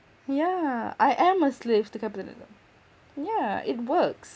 yeah I am a slave to capitalism yeah it works